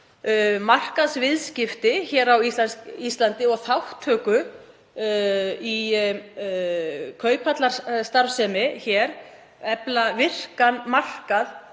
markaðsviðskipti á Íslandi og þátttöku í kauphallarstarfsemi, efla virkan markað